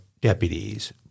deputies